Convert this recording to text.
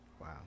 wow